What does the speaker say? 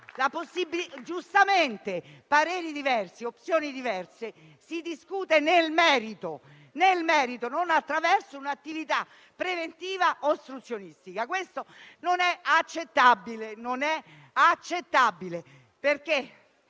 giustamente - pareri e opzioni diversi e quindi si discute nel merito e non attraverso un'attività preventiva ostruzionistica. Questo non è accettabile.